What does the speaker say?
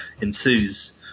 ensues